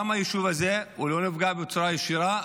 היישוב הזה לא נפגע בצורה ישירה,